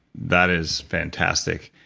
that is fantastic.